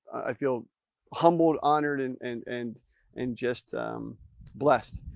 i feel humbled, honored and and and and just blessed.